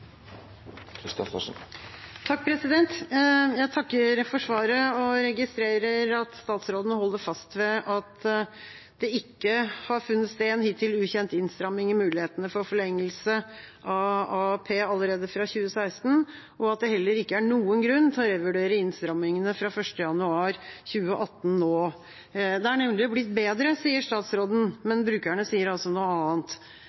Jeg takker for svaret og registrerer at statsråden holder fast ved at det ikke har funnet sted en hittil ukjent innstramming i mulighetene for forlengelse av AAP allerede fra 2016, og at det heller ikke er noen grunn til å revurdere innstrammingene fra 1. januar 2018 nå. Det er nemlig blitt bedre, sier statsråden, men brukerne sier altså noe annet.